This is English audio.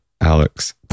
alex